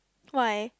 why